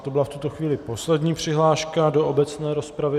To byla v tuto chvíli poslední přihláška do obecné rozpravy.